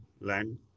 land